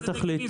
התכלית --- לא,